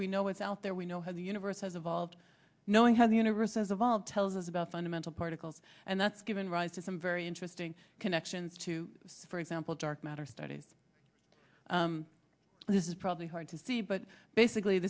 we know what's out there we know how the universe has evolved knowing how the universe as evolved tells us about fundamental particles and that's given rise to some very interesting connections to for example dark matter study and this is probably hard to see but basically